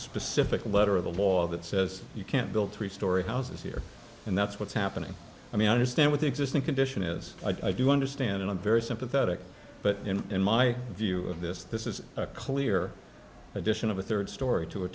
specific letter of the law that says you can't build three story houses here and that's what's happening i mean i understand what the existing condition is i do understand and i'm very sympathetic but in my view of this this is a clear addition of a third story to a